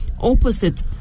opposite